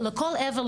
לכל עבר,